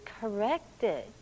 corrected